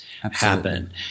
Happen